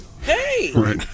hey